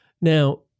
Now